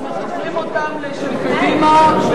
אנחנו מחברים אותן לשל קדימה,